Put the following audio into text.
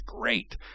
great